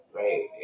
right